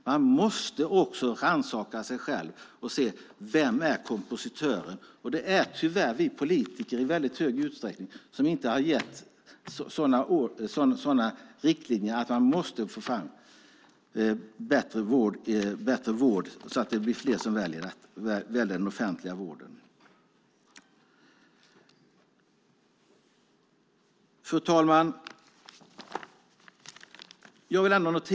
Man måste också rannsaka sig själv och se vem som är kompositören. Tyvärr är det i stor utsträckning så att vi politiker inte har gett riktlinjer om att det är nödvändigt att få fram en bättre vård så att fler väljer den offentliga vården. Fru talman!